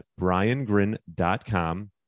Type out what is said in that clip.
briangrin.com